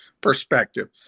perspective